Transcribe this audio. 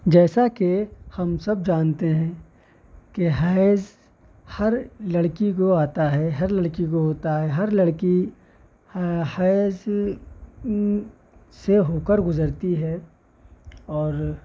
جیسا کہ ہم سب جانتے ہیں کہ حیض ہر لڑکی کو آتا ہے ہر لڑکی کو ہوتا ہے ہر لڑکی ہ حیض سے ہو کر گزرتی ہے اور